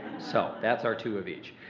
so, that's our two of each.